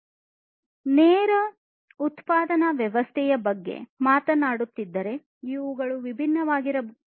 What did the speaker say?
ನಾವು ನೇರ ಉತ್ಪಾದನಾ ವ್ಯವಸ್ಥೆಯ ಬಗ್ಗೆ ಮಾತನಾಡುತ್ತಿದ್ದರೆ ಇವುಗಳು ವಿಭಿನ್ನವಾಗಿರಬೇಕು